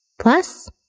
Plus